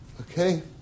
Okay